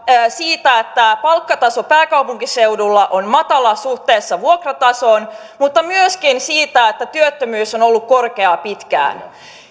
siitä että palkkataso pääkaupunkiseudulla on matala suhteessa vuokratasoon mutta myöskin siitä että työttömyys on ollut korkea pitkään